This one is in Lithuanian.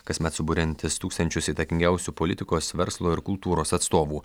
kasmet suburiantis tūkstančius įtakingiausių politikos verslo ir kultūros atstovų